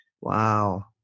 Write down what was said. Wow